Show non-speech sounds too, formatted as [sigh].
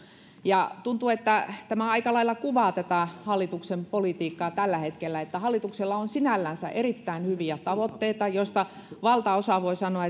ja tuntuu että tämä aika lailla kuvaa hallituksen politiikkaa tällä hetkellä hallituksella on sinällänsä erittäin hyviä tavoitteita joista valtaosaa voi sanoa [unintelligible]